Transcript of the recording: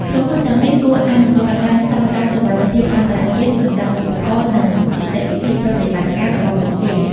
ក្រុមហ៊ុនទាំងនេះគួរអនុវត្តតាមស្តង់ដារសុវត្ថិភាពអន្តរជាតិសម្រាប់ឧបករណ៍និងនីតិវិធីប្រតិបត្តិការរបស់ពួកគេ។